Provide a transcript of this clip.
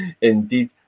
Indeed